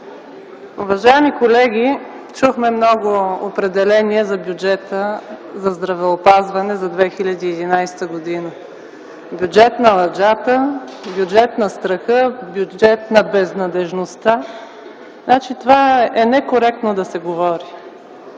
уважаеми колеги! Чухме много определения за бюджета за здравеопазване за 2011 г. – „бюджет на лъжата”, „бюджет на страха”, „бюджет на безнадеждността”. Това е некоректно да се говори.